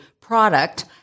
product